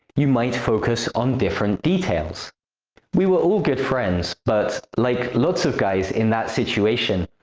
you might focus on different details we were all good friends, but like lots of guys in that situation,